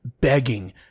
begging